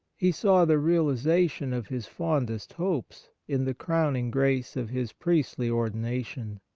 he saw the realization of his fondest hopes in the crowning grace of his priestly ordination.